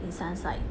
in sense like